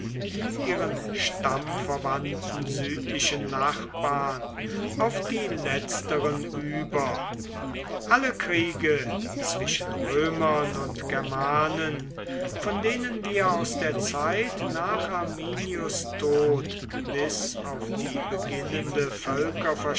ihren stammverwandten südlichen nachbarn auf die letzteren über alle kriege zwischen römern und germanen von denen wir aus der zeit nach arminius tod bis auf die beginnende